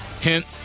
hint